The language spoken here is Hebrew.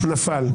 נפל.